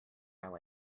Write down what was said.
how